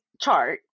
chart